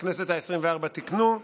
בכנסת העשרים-וארבע תיקנו,